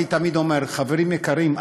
אני תמיד אומר: חברים יקרים,